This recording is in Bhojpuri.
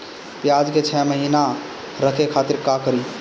प्याज के छह महीना रखे खातिर का करी?